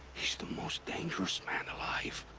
the most dangerous man alive.